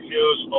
News